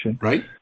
Right